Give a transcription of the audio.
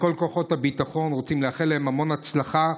לכל כוחות הביטחון, רוצים לאחל להם המון הצלחה.